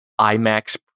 IMAX